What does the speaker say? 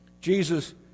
Jesus